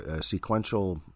sequential